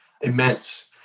immense